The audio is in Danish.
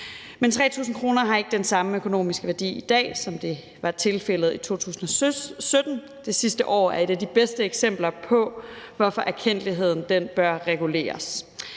men 3.000 kr. har ikke den samme økonomiske værdi i dag, som det var tilfældet i 2017. Det sidste år er et af de bedste eksempler på, hvorfor erkendtligheden bør reguleres.